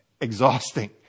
exhausting